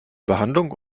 behandlung